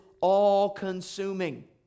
all-consuming